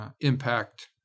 impact